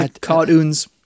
cartoons